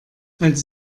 als